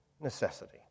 necessity